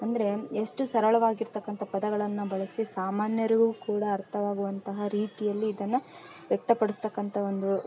ಅಂದರೆ ಎಷ್ಟು ಸರಳವಾಗಿ ಇರ್ತಕ್ಕಂಥ ಪದಗಳನ್ನು ಬಳಸಿ ಸಾಮಾನ್ಯರಿಗೂ ಕೂಡ ಅರ್ಥವಾಗುವಂತಹ ರೀತಿಯಲ್ಲಿ ಇದನ್ನು ವ್ಯಕ್ತ ಪಡಿಸ್ತಕ್ಕಂಥ ಒಂದು